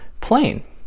plane